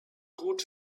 gut